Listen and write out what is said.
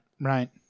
right